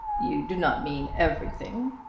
you do not mean everything?